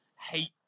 Hate